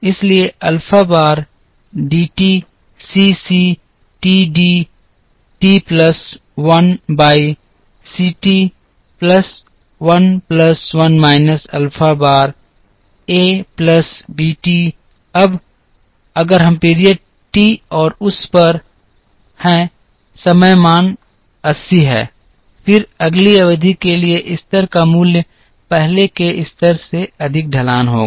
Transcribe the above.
इसलिए alpha bar d t c c t d t plus 1 by c t plus 1 plus 1 minus alpha bar a plus b t अब अगर हम period t और उस पर हैं समय मान 80 है फिर अगली अवधि के लिए स्तर का मूल्य पहले के स्तर से अधिक ढलान होगा